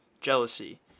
jealousy